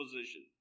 position